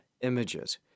images